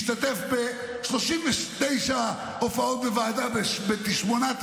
השתתף ב-39 הופעות בוועדה בשמונה,